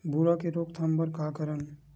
भूरा के रोकथाम बर का करन?